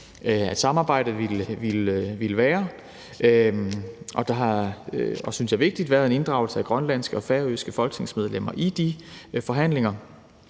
samarbejdet ville være, og der har, hvad jeg synes er vigtigt, været en inddragelse af grønlandske og færøske folketingsmedlemmer i de forhandlinger.